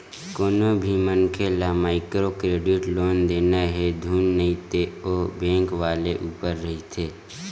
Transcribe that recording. कोनो भी मनखे ल माइक्रो क्रेडिट लोन देना हे धुन नइ ते ओ बेंक वाले ऊपर रहिथे